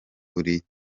buri